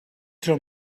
till